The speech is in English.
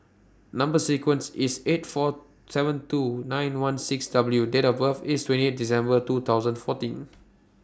Number sequence IS T eight four seven two nine one six W and Date of birth IS twenty eight December two thousand fourteen